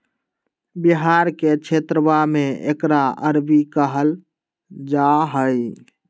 बिहार के क्षेत्रवा में एकरा अरबी कहल जाहई